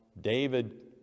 David